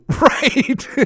Right